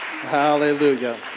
Hallelujah